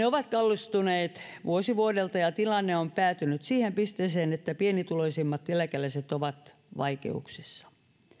ovat kallistuneet vuosi vuodelta ja tilanne on päätynyt siihen pisteeseen että pienituloisimmat eläkeläiset ovat vaikeuksissa